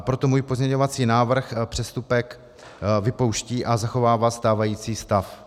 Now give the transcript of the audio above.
Proto můj pozměňovací návrh přestupek vypouští a zachovává stávající stav.